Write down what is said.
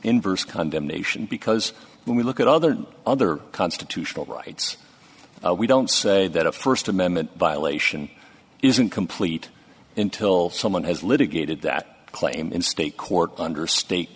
inverse condemnation because when we look at other other constitutional rights we don't say that a first amendment violation isn't complete until someone has litigated that claim in state court under st